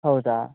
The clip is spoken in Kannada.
ಹೌದಾ